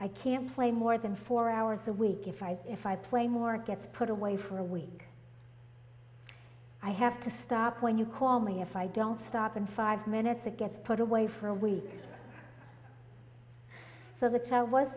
i can play more than four hours a week if i if i play more and gets put away for a week i have to stop when you call me if i don't stop and five minutes a gets put away for a week so that's i was